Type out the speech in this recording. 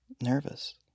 nervous